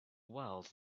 world